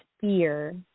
fear